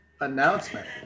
Announcement